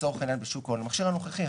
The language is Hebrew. לצורך העניין בשוק ההון,